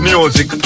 Music